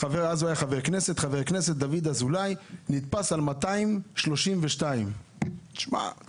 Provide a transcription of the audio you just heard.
חבר הכנסת דוד אזולאי נתפס נוהג במהירות 232 קילומטר.